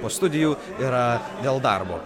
po studijų yra dėl darbo